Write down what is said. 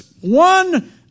one